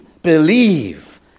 Believe